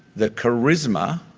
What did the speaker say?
the charisma,